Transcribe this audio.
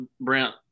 Brent